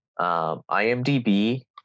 IMDb